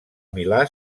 milà